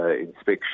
inspection